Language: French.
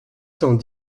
cent